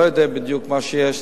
לא יודע בדיוק מה שיש,